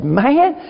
man